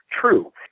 true